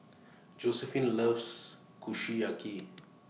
Josiephine loves Kushiyaki